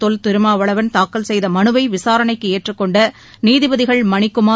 தொல் திருமாவளவன் தாக்கல் செய்த மனுவை விசாரணைக்கு ஏற்றுக் கொண்ட நீதிபதிகள் மணிக்குமார்